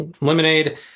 lemonade